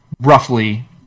roughly